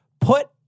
put